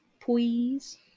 please